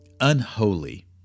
unholy